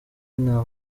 nta